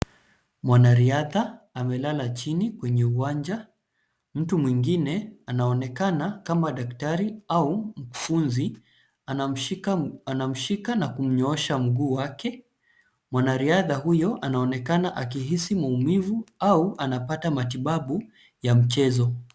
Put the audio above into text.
Mwanariadha amelala chini kwenye uwanja. Mtu mwingine anaonekana kama daktari au mkufunzi, anamshika na kumnyoosha mguu wake. Mwanariadha huyo anaonekana akihisi maumivu au anapata matibabu ya mchezo.